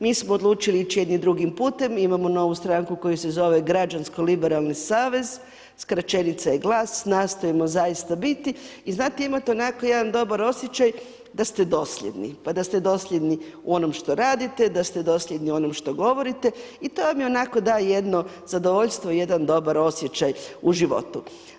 Mi smo odlučili ići jednim drugim putem, imamo novi stranku koja se zove Građansko Liberalni Savez, skraćenica je GLAS, nastojim zaista biti i znate, imate onako jedan dobar osjećaj da ste dosljedni pa da ste dosljedni u onom što radite, da ste dosljedni u onome što govorite i to vam onako da jedno zadovoljstvo, jedan dobar osjećaj u životu.